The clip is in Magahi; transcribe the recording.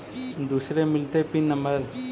दुसरे मिलतै पिन नम्बर?